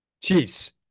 Chiefs